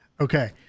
Okay